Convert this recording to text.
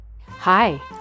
Hi